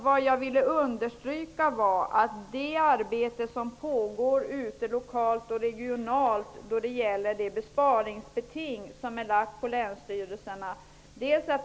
Vad jag ville understryka var att det arbete som pågår lokalt och regionalt då det gäller det besparingsbeting som är lagt på länsstyrelserna fullföljs.